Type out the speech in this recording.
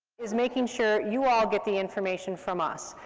is making sure you all get the information from us.